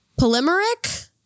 polymeric